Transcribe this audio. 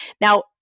now